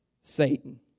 Satan